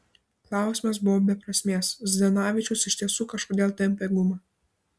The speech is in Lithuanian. klausimas buvo be prasmės zdanavičius iš tiesų kažkodėl tempė gumą